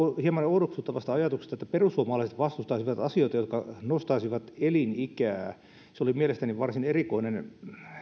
hieman oudoksuttavasta ajatuksesta että perussuomalaiset vastustaisivat asioita jotka nostaisivat elinikää se oli mielestäni varsin erikoinen